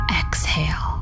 exhale